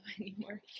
anymore